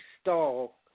stall